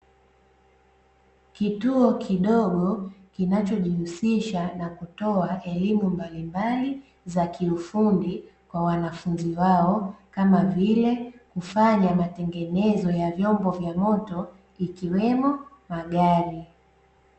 Kituo kidogo kinachojihusisha na kutoa elimu mbalimbali za kiufundi kwa wanafunzi wao kama vile kufanya matengenezo ya vyombo vya moto ikiwemo magari.